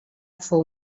fou